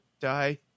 die